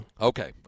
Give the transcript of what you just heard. Okay